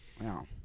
Wow